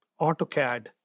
AutoCAD